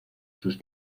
sus